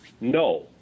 no